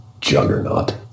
juggernaut